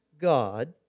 God